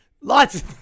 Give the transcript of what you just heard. Lots